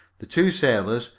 the two sailors,